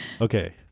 okay